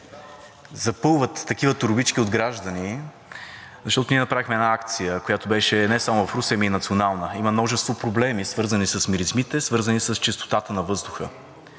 найлонова торбичка), защото ние направихме една акция, която беше не само в Русе, но и национална. Има множество проблеми, свързани с миризмите, свързани с чистотата на въздуха.